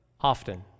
often